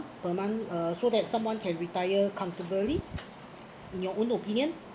per month uh so that someone can retire comfortably in your own opinion